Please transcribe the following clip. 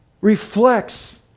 reflects